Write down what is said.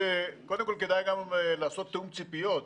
קודם כול, כדאי גם לעשות תיאום ציפיות.